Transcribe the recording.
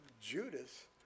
Judas